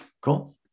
Cool